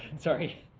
sorry. here